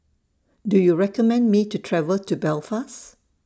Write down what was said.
Do YOU recommend Me to travel to Belfast